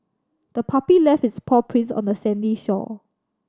the puppy left its paw prints on the sandy shore